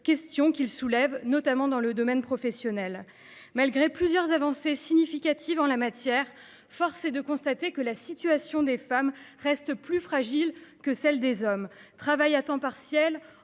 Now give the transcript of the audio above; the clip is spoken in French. questions qu'il soulève, notamment dans le domaine professionnel malgré plusieurs avancées significatives en la matière. Force est de constater que la situation des femmes reste plus fragile que celles des hommes travaillent à temps partiel,